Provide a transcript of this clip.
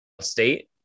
state